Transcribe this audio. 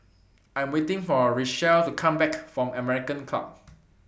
I Am waiting For Richelle to Come Back from American Club